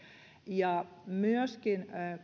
myöskin